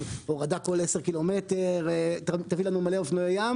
שהורדה כל עשרה קילומטר תביא לנו מלא אופנועי ים